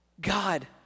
God